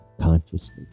consciously